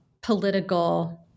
political